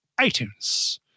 iTunes